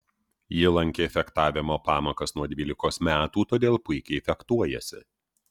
ji lankė fechtavimo pamokas nuo dvylikos metų todėl puikiai fechtuojasi